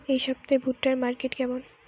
এই সপ্তাহে ভুট্টার মার্কেট কেমন?